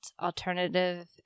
alternative